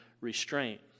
restraint